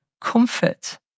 comfort